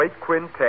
quintet